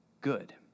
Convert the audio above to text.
good